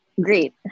great